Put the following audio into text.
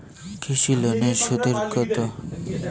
কৃষি লোনের সুদ কত?